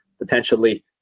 potentially